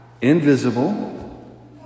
invisible